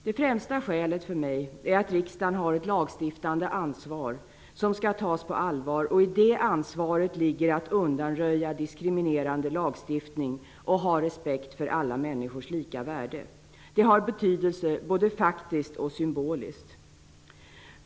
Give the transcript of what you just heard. Det främsta skälet för mig är att riksdagen har ett lagstiftande ansvar som skall tas på allvar, och i det ansvaret ligger att undanröja diskriminerande lagstiftning och ha respekt för alla människors lika värde. Det har betydelse både faktiskt och symboliskt.